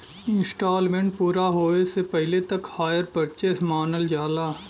instalment पूरा होये से पहिले तक हायर परचेस मानल जाला